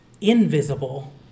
invisible